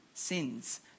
Sins